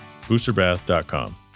Boosterbath.com